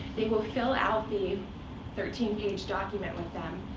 they will fill out the thirteen page document with them.